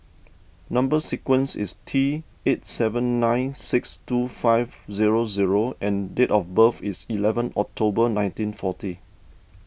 Number Sequence is T eights seven nine six two five zero zero and date of birth is eleven October nineteen forty